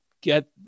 get